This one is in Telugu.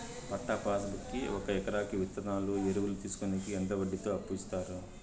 పట్టా పాస్ బుక్ కి ఒక ఎకరాకి విత్తనాలు, ఎరువులు తీసుకొనేకి ఎంత వడ్డీతో అప్పు ఇస్తారు?